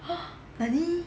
nanny